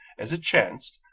as it chanced,